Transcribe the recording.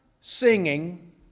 singing